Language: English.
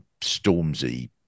Stormzy